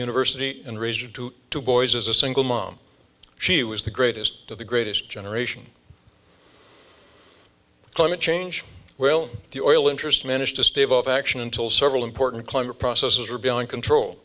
university and raised to two boys as a single mom she was the greatest of the greatest generation climate change well the oil interests managed to stave off action until several important climate processes were beyond control